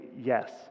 yes